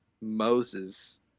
Moses